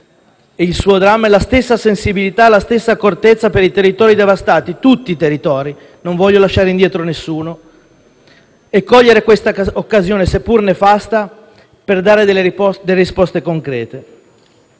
il suo dramma, la stessa sensibilità e la stessa accortezza per i territori devastati, per tutti i territori nessuno escluso, e cogliere questa occasione, seppur nefasta, per dare risposte concrete.